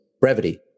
Brevity